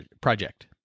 project